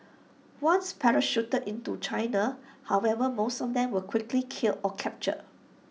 once parachuted into China however most of them were quickly killed or captured